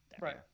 Right